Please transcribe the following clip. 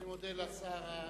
אני מודה לשר המקשר,